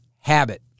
habit